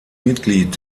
mitglied